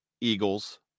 Eagles